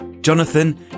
Jonathan